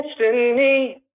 destiny